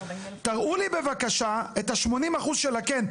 תראו לי בבקשה את ה-80% של הכן.